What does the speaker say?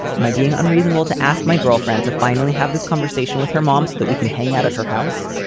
am i being unreasonable to ask my girlfriend to finally have this conversation with her mom so that we can hang out at her house?